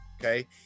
Okay